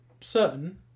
certain